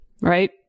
right